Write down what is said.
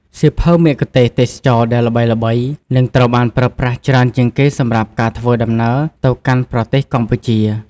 សៀវភៅមគ្គុទ្ទេសក៍ទេសចរណ៍ដែលល្បីៗ និងត្រូវបានប្រើប្រាស់ច្រើនជាងគេសម្រាប់ការធ្វើដំណើរទៅកាន់ប្រទេសកម្ពុជា។